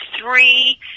three